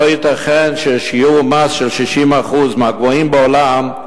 לא ייתכן ששיעור מס של 60%, מהגבוהים בעולם,